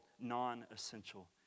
...non-essential